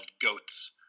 goats